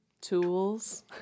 tools